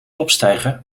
opstijgen